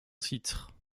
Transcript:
titre